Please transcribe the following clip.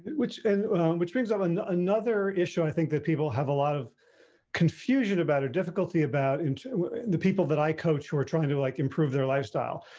which and which brings up and another issue. i think that people have a lot of confusion about a difficulty about the people that i coach who are trying to, like improve their lifestyle,